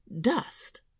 dust